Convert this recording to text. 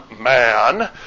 man